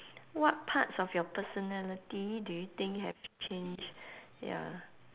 what parts of your personality do you think have changed ya